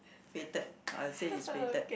fated I will say is fated